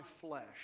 flesh